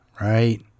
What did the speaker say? right